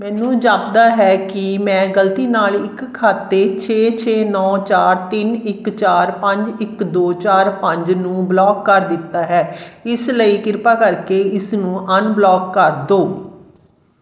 ਮੈਨੂੰ ਜਾਪਦਾ ਹੈ ਕਿ ਮੈਂ ਗਲਤੀ ਨਾਲ ਇੱਕ ਖਾਤੇ ਛੇ ਛੇ ਨੌ ਚਾਰ ਤਿੰਨ ਇੱਕ ਚਾਰ ਪੰਜ ਇੱਕ ਦੋ ਚਾਰ ਪੰਜ ਨੂੰ ਬਲੌਕ ਕਰ ਦਿੱਤਾ ਹੈ ਇਸ ਲਈ ਕਿਰਪਾ ਕਰਕੇ ਇਸਨੂੰ ਅਨਬਲੌਕ ਕਰ ਦਿਉ